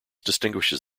distinguishes